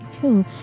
Cool